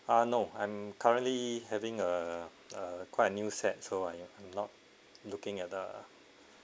ah no I'm currently having a a uh quite a new set so I'm not looking at the